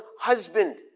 husband